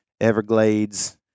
Everglades